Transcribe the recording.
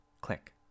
click